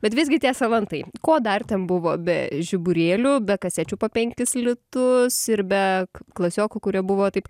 bet visgi tie salantai ko dar ten buvo be žiburėlių be kasečių po penkis litus ir be klasiokų kurie buvo taip